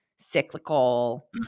cyclical